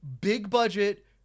big-budget